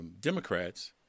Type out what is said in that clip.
Democrats